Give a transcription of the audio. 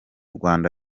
rwanda